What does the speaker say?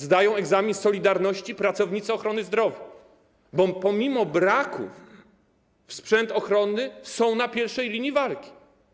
Zdają egzamin z solidarności pracownicy ochrony zdrowia, bo pomimo braków w sprzęcie ochronnym są na pierwszej linii walki.